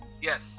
Yes